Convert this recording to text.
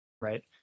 right